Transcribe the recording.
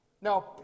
Now